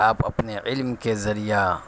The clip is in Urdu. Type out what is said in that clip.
آپ اپنے علم کے ذریعہ